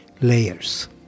layers